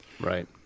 right